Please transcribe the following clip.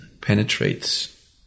penetrates